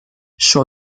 شتر